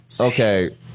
Okay